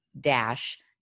dash